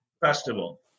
festival